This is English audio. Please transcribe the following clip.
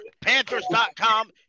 Panthers.com